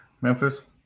Memphis